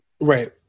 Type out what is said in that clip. Right